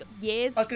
years